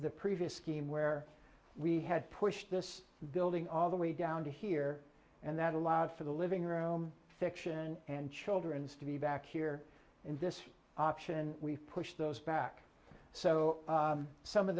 the previous scheme where we had pushed this building all the way down to here and that allowed for the living room fiction and children's to be back here in this option we push those back so some of